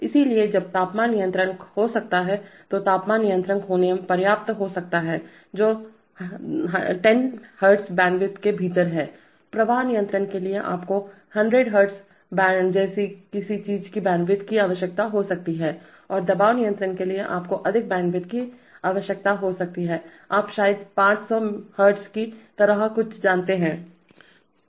इसलिए जब तापमान नियंत्रक हो सकता है तो तापमान नियंत्रक होना पर्याप्त हो सकता है जो 10Hz बैंडविड्थ के भीतर है प्रवाह नियंत्रण के लिए आपको 100Hz जैसी किसी चीज की बैंडविड्थ की आवश्यकता हो सकती है और दबाव नियंत्रण के लिए आपको अधिक बैंडविड्थ की आवश्यकता हो सकती है आप शायद 500Hz की तरह कुछ जानते हैं